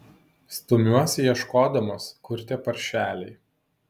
stumiuosi ieškodamas kur tie paršeliai